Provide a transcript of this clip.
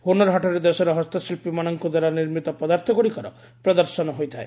ହୁନରହାଟରେ ଦେଶର ହସ୍ତଶିଳ୍ପୀମାନଙ୍କ ଦ୍ୱାରା ନିର୍ମିତ ପଦାର୍ଥ ଗୁଡ଼ିକର ପ୍ରଦର୍ଶନ ହୋଇଥାଏ